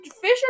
fish